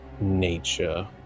nature